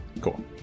Cool